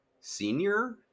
senior